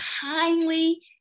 kindly